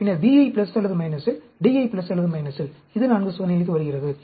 பின்னர் B யை அல்லது இல் D யை அல்லது இல் இது 4 சோதனைகளுக்கு வருகிறது